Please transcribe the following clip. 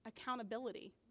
Accountability